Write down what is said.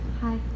Hi